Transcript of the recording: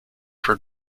for